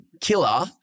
killer